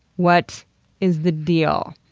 what is the deal?